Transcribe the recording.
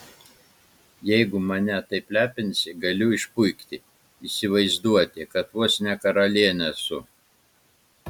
jeigu mane taip lepinsi galiu išpuikti įsivaizduoti kad vos ne karalienė esu